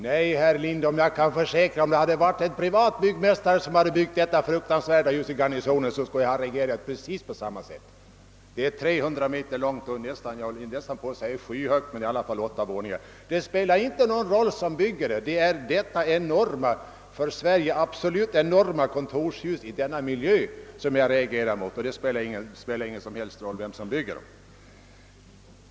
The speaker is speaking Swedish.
Nej, herr Lindholm, jag kan försäkra att om en privat byggmästare hade uppfört detta fruktansvärda hus i kvarteret Garnisonen hade jag reagerat på precis samma sätt. Det är 300 meter långt och — höll jag nästan på att säga — skyhögt, men det är i alla fall åtta våningar. Det spelar ingen roll vem som bygger huset. Men jag reagerar emot att ha detta för svenska förhållanden enorma kontorshus i denna miljö.